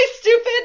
stupid